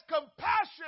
compassion